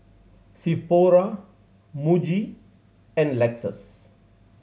Sephora Muji and Lexus